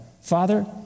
Father